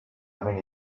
mini